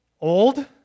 old